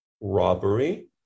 robbery